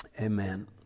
Amen